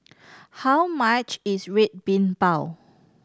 how much is Red Bean Bao